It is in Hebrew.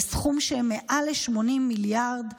בסכום של מעל ל-80 מיליארד דולר,